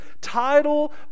title